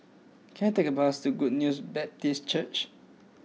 can I take a bus to Good News Baptist Church